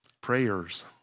prayers